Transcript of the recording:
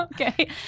Okay